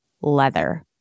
leather